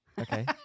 Okay